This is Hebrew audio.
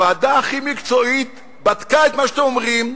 הוועדה הכי מקצועית בדקה את מה שאתם אומרים.